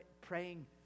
praying